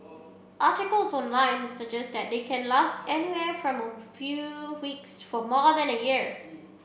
articles online suggest that they can last anywhere from a few weeks for more than a year